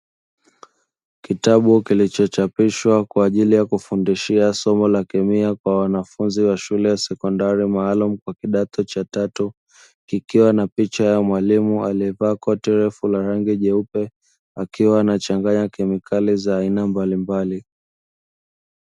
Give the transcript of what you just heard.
Kitabu kilichochapishwa kwa ajili ya kufundishia somo la kemia kwa wanafunzi wa shule ya sekondari maalum kwa kidato cha tatu, kikiwa na picha ya mwalimu aliyevaa koti refu la rangi nyeupe, akiwa anachanganya kemikali za aina mbalimbali.